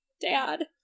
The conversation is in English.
Dad